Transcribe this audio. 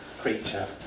creature